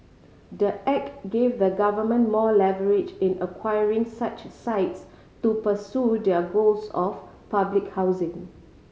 the act gave the government more leverage in acquiring such sites to pursue their goals of public housing